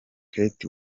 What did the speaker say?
kate